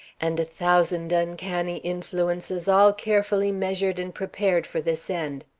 and a thousand uncanny influences all carefully measured and prepared for this end.